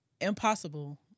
impossible